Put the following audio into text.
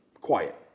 quiet